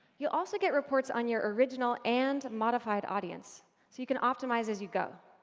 you'll also get reports on your original and modified audience, so you can optimize as you go.